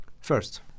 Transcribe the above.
First